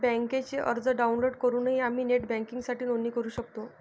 बँकेचा अर्ज डाउनलोड करूनही आम्ही नेट बँकिंगसाठी नोंदणी करू शकतो